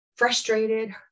Frustrated